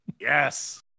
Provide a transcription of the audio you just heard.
Yes